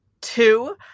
Two